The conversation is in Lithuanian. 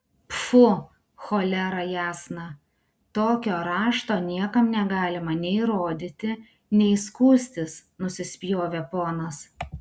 pfu cholera jasna tokio rašto niekam negalima nei rodyti nei skųstis nusispjovė ponas